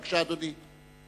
בבקשה, אדוני.